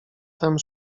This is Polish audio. tem